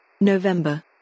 November